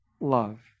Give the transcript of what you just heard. love